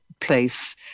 place